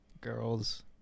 Girls